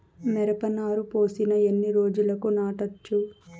మిరప నారు పోసిన ఎన్ని రోజులకు నాటచ్చు?